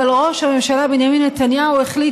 אבל ראש הממשלה בנימין נתניהו החליט